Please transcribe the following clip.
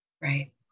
Right